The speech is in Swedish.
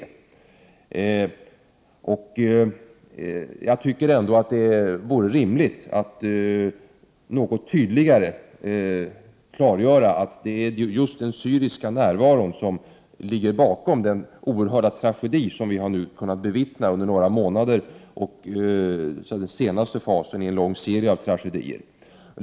Jag tycker ändå att det vore rimligt att något tydligare klargöra att det just är den syriska närvaron som ligger bakom den oerhörda tragedi som vi har kunnat bevittna under några månader som den senaste fasen i en lång serie tragedier.